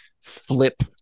flip